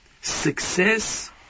Success